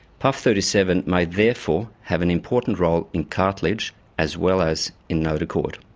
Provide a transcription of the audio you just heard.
puff thirty seven may therefore have an important role in cartilage as well as in notochord.